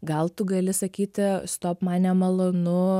gal tu gali sakyti stop man nemalonu